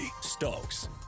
Stokes